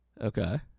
Okay